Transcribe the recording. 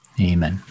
Amen